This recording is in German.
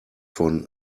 von